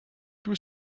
tout